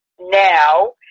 now